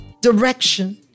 direction